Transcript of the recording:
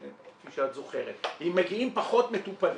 אם מגיעים פחות מטופלים,